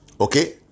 Okay